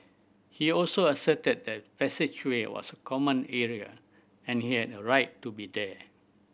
he also asserted the passageway was a common area and he had a right to be there